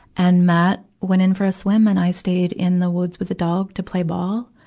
and matt went in for a swim and i stayed in the woods with the dog to play ball.